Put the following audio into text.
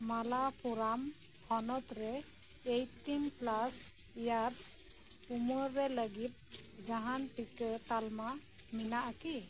ᱢᱟᱞᱟᱯᱯᱩᱨᱟᱢ ᱦᱚᱱᱚᱛ ᱨᱮ eighteen plus years ᱩᱢᱮᱨ ᱨᱮ ᱞᱟᱹᱜᱤᱫ ᱡᱟᱦᱟᱱ ᱴᱤᱠᱟᱹ ᱛᱟᱞᱢᱟ ᱢᱮᱱᱟᱜᱼᱟ ᱠᱤ